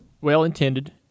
well-intended